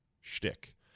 shtick